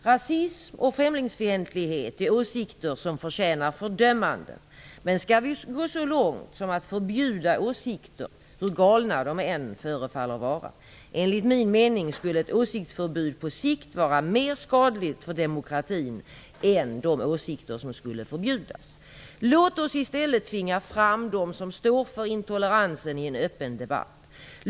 Rasism och främlingsfientlighet är företeelser som förtjänar fördömande, men skall vi gå så långt som till att förbjuda åsikter, hur galna de än förefaller vara? Enligt min mening skulle ett åsiktsförbud på sikt vara mer skadligt för demokratin än de åsikter som skulle förbjudas. Låt oss i stället tvinga fram dem som står för intoleransen i en öppen debatt.